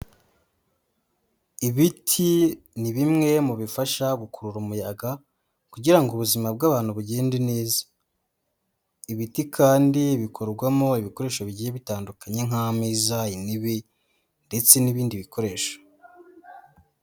Ibiti ni bimwe mu bifasha gukurura umuyaga kugira ngo ubuzima bw'abantu bugende neza, ibiti kandi bikorwamo ibikoresho bigiye bitandukanye nk'ameza, intebe ndetse n'ibindi bikoresho.